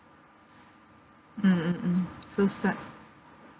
mm mm mm so sad